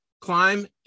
climb